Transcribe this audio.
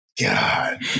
God